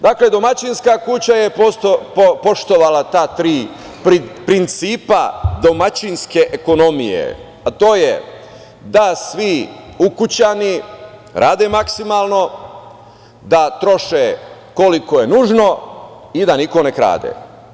Dakle, domaćinska kuća je poštovala ta tri principa domaćinske ekonomije, a to je da svi ukućani rade maksimalni, da troše koliko je nužno i da niko ne krade.